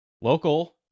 Local